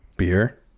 beer